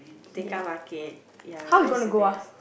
Tekka Market ya that's the best